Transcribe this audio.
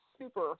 super